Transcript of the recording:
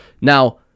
now